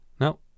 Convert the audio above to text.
No